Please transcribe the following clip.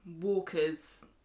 Walker's